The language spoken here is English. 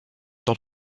dot